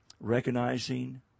recognizing